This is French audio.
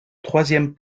troisième